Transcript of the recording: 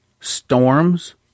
storms